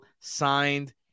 signed